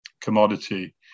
commodity